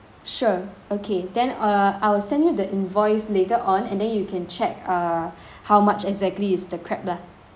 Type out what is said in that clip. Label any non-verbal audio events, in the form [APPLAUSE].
sure okay then uh I will send you the invoice later on and then you can check err [BREATH] how much exactly is the crab lah